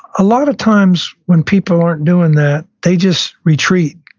a lot of times when people aren't doing that, they just retreat.